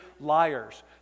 liars